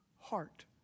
heart